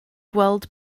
gweld